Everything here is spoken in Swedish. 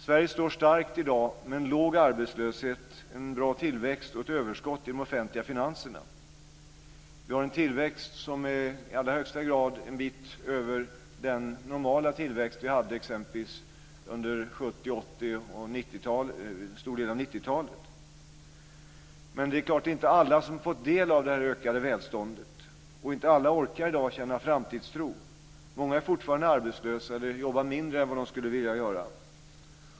Sverige står i dag starkt med en låg arbetslöshet, en bra tillväxt och ett överskott i de offentliga finanserna. Vi har en tillväxt som i allra högsta grad är en bit över den normala tillväxt vi hade exempelvis under 70-, 80 och en stor del av 90-talet. Men det är inte alla som har fått del av det ökade välståndet, och inte alla orkar i dag känna framtidstro. Många är arbetslösa eller jobbar mindre än vad de skulle vilja göra.